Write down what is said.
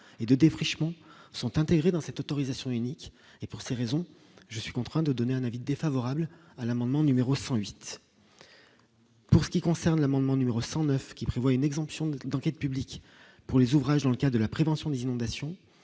et de défrichement sont intégrés dans cette autorisation unique et pour ces raisons, je suis contraint de donner un avis défavorable à l'amendement numéro 108 pour ce qui concerne l'amendement numéro 109 qui prévoit une exemption de d'enquête publique pour les ouvrages dans le cas de la prévention des inondations,